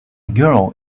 girl